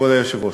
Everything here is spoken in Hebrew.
כבוד היושבת-ראש,